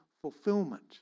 fulfillment